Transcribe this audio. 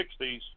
60s